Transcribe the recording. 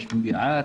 האם יש מעט?